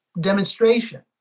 demonstration